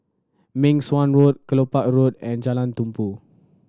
Meng Suan Road Kelopak Road and Jalan Tumpu